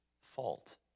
fault